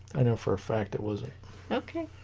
i know for a fact it was it okay